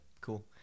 Cool